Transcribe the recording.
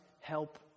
help